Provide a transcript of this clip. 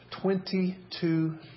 Twenty-two